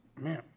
Man